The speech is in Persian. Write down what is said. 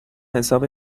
حساب